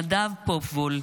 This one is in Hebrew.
נדב פופלוול,